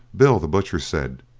bill the butcher said,